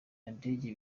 nadege